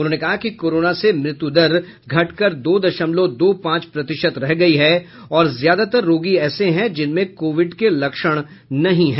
उन्होंने कहा कि कोरोना से मृत्यु दर घटकर दो दशमलव दो पांच प्रतिशत रह गई है और ज्यादातर रोगी ऐसे हैं जिनमें कोविड के लक्षण नही हैं